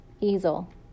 easel